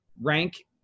rank